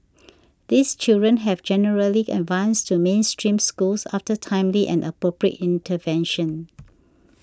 these children have generally advanced to mainstream schools after timely and appropriate intervention